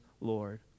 Lord